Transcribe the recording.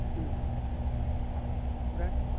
उम आमफ्राय